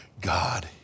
God